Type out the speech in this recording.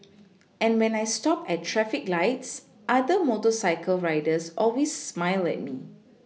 and when I stop at traffic lights other motorcycle riders always smile at me